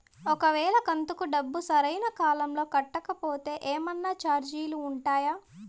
ఒక వేళ కంతు డబ్బు సరైన కాలంలో కట్టకపోతే ఏమన్నా చార్జీలు ఉండాయా?